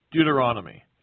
Deuteronomy